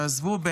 עזבו,